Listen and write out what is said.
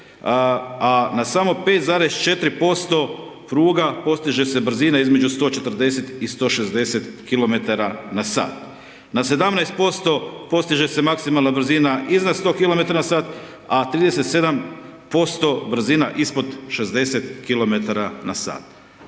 a na samo 5,4% pruga postiže se brzina između 140 i 160 km/h. Na 17% postiže se maksimalna brzina iznad 100 km/h a 37% brzina ispod 60 km/h. Ja